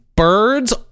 Birds